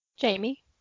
Jamie